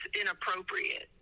inappropriate